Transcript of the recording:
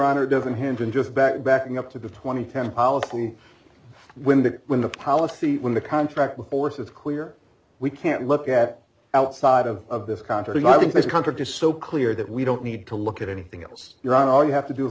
honor doesn't hinge in just back backing up to twenty ten policy when the when the policy when the contract with force it's clear we can't look at outside of of this contrary i think this country just so clear that we don't need to look at anything else you're on all you have to do is